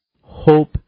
Hope